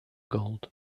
gold